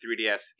3DS